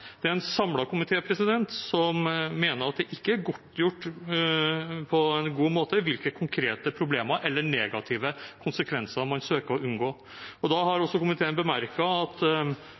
Det er en samlet komité som mener at det ikke er godtgjort på en god måte hvilke konkrete problemer eller negative konsekvenser man søker å unngå. Komiteen har bemerket at